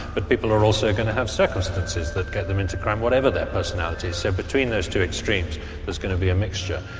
but people are also going to have circumstances that get them into crime whatever their personalities. so between those two extremes there's going to be a mixture,